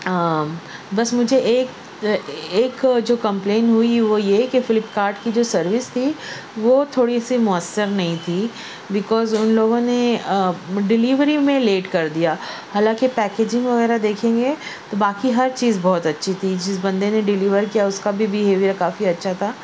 بس مجھے ایک ایک جو کمپلین ہوئی وہ یہ کہ فلپ کارٹ کی جو سروس تھی وہ تھوڑی سی مؤثر نہیں تھی بکوز ان لوگوں نے ڈلیوری میں لیٹ کر دیا حالانکہ پیکیجنگ وغیرہ دیکھیں گے تو باقی ہر چیز بہت اچھی تھی جس بندے نے ڈلیور کیا اس کا بھی بیہیوئر کافی اچھا تھا